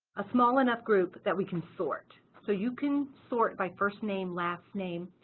a small enough group that we can sort. so you can sort by first name last name.